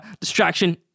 distraction